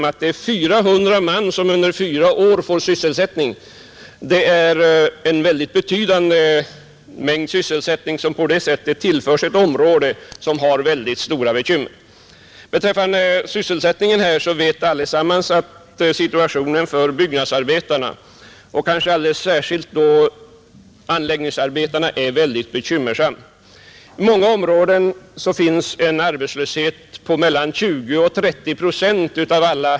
Sammanlagt skulle ändå 400 man få sysselsättning under fyra år. Det är ett betydande antal arbetstillfällen som på det sättet tillförs ett område med stora bekymmer. Vad beträffar sysselsättningen vet alla att situationen för byggnadsarbetarna och kanske alldeles särskilt anläggningsarbetarna är bekymmersam. Just i de här områdena är arbetslösheten bland byggnadsarbetarna mellan 20 och 30 procent.